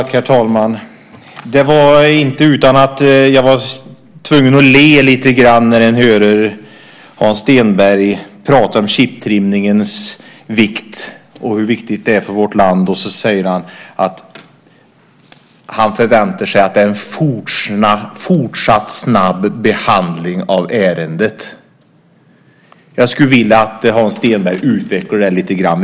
Herr talman! Det är inte utan att jag är tvungen att le lite grann när jag hör Hans Stenberg tala om hur viktig chiptrimningen är för vårt land. Sedan säger han att han förväntar sig en fortsatt snabb behandling av ärendet. Jag skulle vilja att Hans Stenberg utvecklade det lite grann.